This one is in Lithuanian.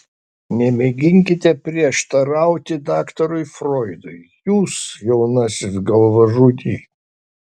nemėginkite prieštarauti daktarui froidui jūs jaunasis galvažudy